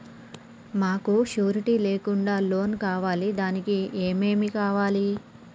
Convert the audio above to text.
మాకు షూరిటీ లేకుండా లోన్ కావాలి దానికి ఏమేమి కావాలి?